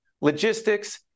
logistics